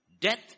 death